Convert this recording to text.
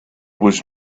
was